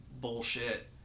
bullshit